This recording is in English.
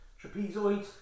trapezoid